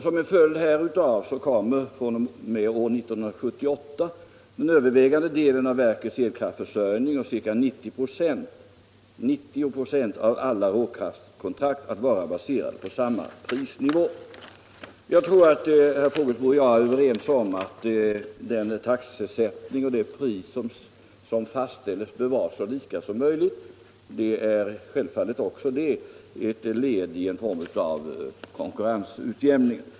Som en följd härav kommer fr.o.m. år 1978 den övervägande delen av verkets elkraftförsörjning och ca 90 ?5 av alla råkraftkontrakt att vara baserade på samma prisnivå. Jag tror att herr Fågelsbo och jag är överens om att den taxesättning och det pris som fastställs bör vara så lika som möjligt. Det är självfallet också ett led i konkurrensutjämningen.